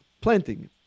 planting